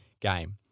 game